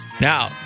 Now